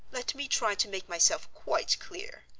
let me try to make myself quite clear.